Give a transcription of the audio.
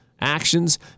Actions